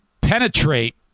penetrate